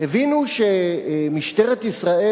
הבינו שמשטרת ישראל,